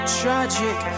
tragic